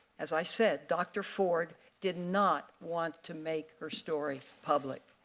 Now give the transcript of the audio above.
as i said, dr ford did not want to make her story public.